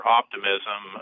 optimism